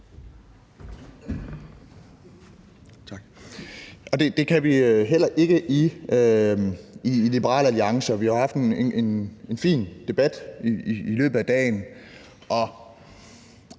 (LA): Det kan vi heller ikke i Liberal Alliance. Vi har jo haft en fin debat i løbet af dagen,